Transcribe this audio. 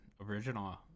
original